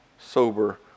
sober